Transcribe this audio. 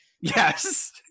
Yes